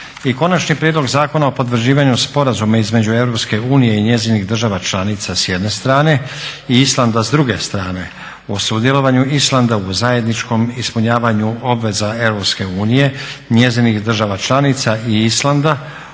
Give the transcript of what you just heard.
- Konačni prijedlog Zakona o potvrđivanju Sporazuma između Europske unije i njezinih država članica, s jedne strane, i Islanda, s druge strane, o sudjelovanju Islanda u zajedničkom ispunjavanju obveza europske unije, njezinih država članica i Islanda